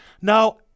Now